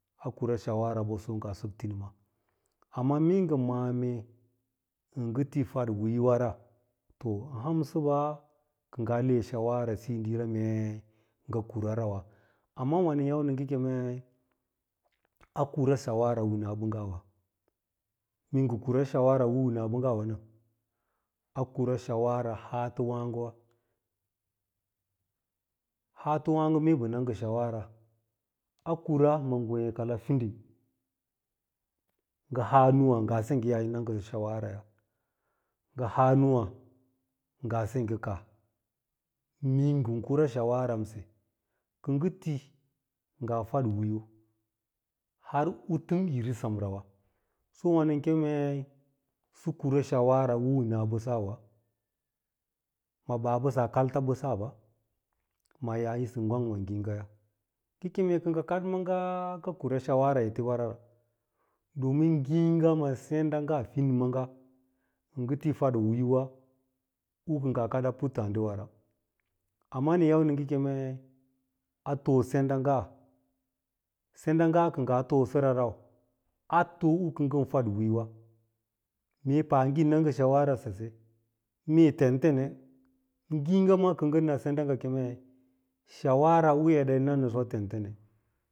A kura shawara ɓoso ngaa sɚk tinima, pɚ mee ngɚ ma’a mee ɚ ngɚ ti fadwiriyowara to a bamɓa kɚ ngaa le shiwarasiyo ɗiira mee ngɚ kura rawa, anna wa nɚn yau nɚ ngɚ kemei a kura shawara winaɓɚnggawa mee ngɚ kura shawara u winsbɚnggawa nɚ, a kura shawara hanto wààgowa, haatowààgo mee ɓɚ na ngɚ shawara a kura ma ngwêê kala finding ngɚ haa nûwà ngaa sengge yaa yi na ngɚsɚ shawaraya, ngɚ haa nûwà ngaa sengge kaah, mee ngɚ kura shawaran kɚ ngɚ ti ngaa fadwiiyo har u tɚngrelisi semrawa, pɚ wà nɚn kemei sɚ kura shawara winaɓɚsawa ma ɓaa ɓɚsan katts bɚsa ɓa, ma yaa yisɚ gwang ma ngiigaya ngɚ keme kɚ ngɚ kad maaga ngɚ kura shawarara etewarawa domin ngiiga ma sents’nga fin manga yi ngɚ ai faɗwiiyowa u kɚ ngaa kaɗaa puttààdiwara, amma nɚn yau nɚ ngɚ kemei a yau nɚ ngɚ kemei a too senda’nga, senda’nga kɚ ngaa too sɚrarau a too u kɚ ngɚn fadwiiyowa mee paage yi na ngɚ shawara sase mee tentence, ngiiga ma kɚ ngɚ na senda ngɚ kemei shawara u eɗa yi mnɚsɚwa yi tentene.